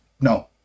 no